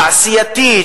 תעשייתית,